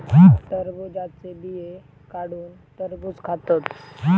टरबुजाचे बिये काढुन टरबुज खातत